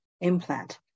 implant